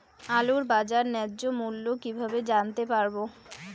আলুর বাজার ন্যায্য মূল্য কিভাবে জানতে পারবো?